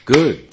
Good